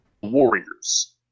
Warriors